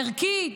ערכית,